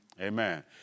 Amen